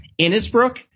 Innisbrook